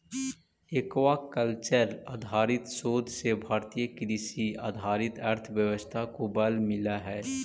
aquacultural आधारित शोध से भारतीय कृषि आधारित अर्थव्यवस्था को बल मिलअ हई